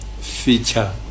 feature